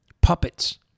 puppets